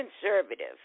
conservative